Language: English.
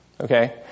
okay